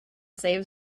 save